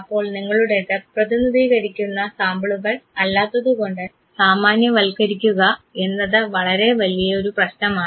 അപ്പോൾ നിങ്ങളുടേത് പ്രതിനിധീകരിക്കുന്ന സാമ്പിളുകൾ അല്ലാത്തതുകൊണ്ട് സാമാന്യവൽക്കരിക്കുക എന്നത് വളരെ വലിയൊരു പ്രശ്നമാണ്